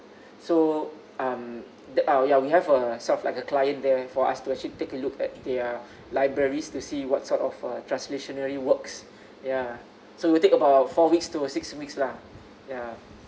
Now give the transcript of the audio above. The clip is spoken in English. so um that ah ya we have a sort of like a client there for us to actually take a look at their libraries to see what sort of uh translationally works ya so we take about four weeks to a six weeks lah ya